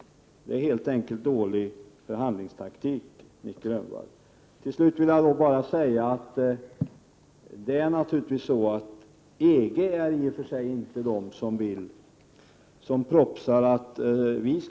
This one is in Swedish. Det är helt enkelt dålig förhandlingstaktik, Nic Grönvall. Till slut vill jag bara säga att det naturligtvis inte är så att EG propsar på förhandlingar med oss.